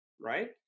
right